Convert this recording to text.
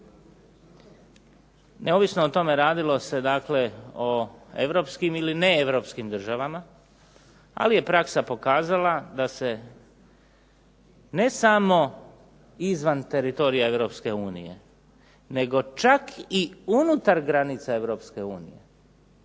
Neovisno o tome radilo se dakle o europskim ili neeuropskim državama ali je praksa pokazala da se ne samo izvan teritorija Europske unije nego čak i unutar granica Europske unije